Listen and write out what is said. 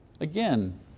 Again